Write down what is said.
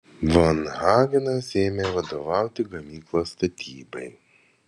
von hagenas ėmė vadovauti gamyklos statybai